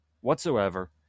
whatsoever